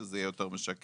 שזה יהיה יותר משקף.